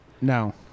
No